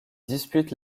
disputent